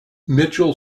mitchell